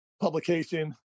publication